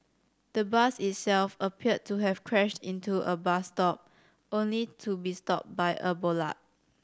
the bus itself appeared to have crashed into a bus stop only to be stopped by a bollard